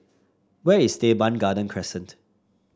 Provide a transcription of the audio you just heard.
where is Teban Garden Crescent